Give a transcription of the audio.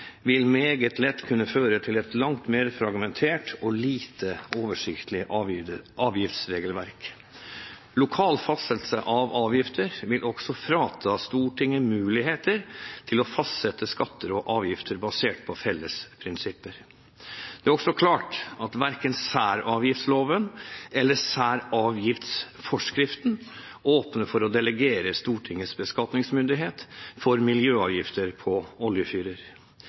vil det meget lett kunne føre til et langt mer fragmentert og lite oversiktlig avgiftsregelverk. Lokal fastsettelse av avgifter vil også frata Stortinget muligheter til å fastsette skatter og avgifter basert på felles prinsipper. Det er også klart at verken særavgiftsloven eller særavgiftsforskriften åpner for å delegere Stortingets beskatningsmyndighet for miljøavgifter på oljefyrer.